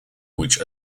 which